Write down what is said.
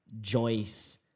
Joyce